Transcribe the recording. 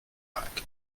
back